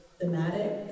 thematic